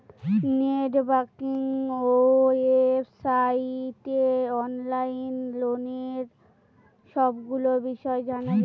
net banking ওয়েবসাইটে online লোনের সবগুলো বিষয় জানা যায়